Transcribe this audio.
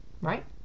right